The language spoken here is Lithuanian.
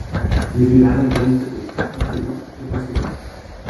jis gyvena dviem ciklais aktyviu ir pasyviu